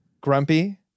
grumpy